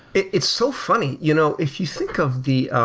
it's so funny. you know if you think of the